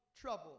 trouble